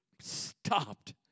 stopped